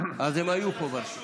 מה זה חשוב?